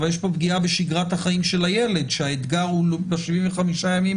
אבל יש פה פגיעה בשגרת החיים של הילד שהאתגר ב-75 ימים,